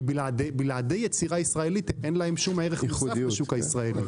בלעדי יצירה ישראלית אין להם שום ערך מוסף בשוק הישראלי.